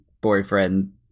boyfriend